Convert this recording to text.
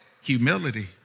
humility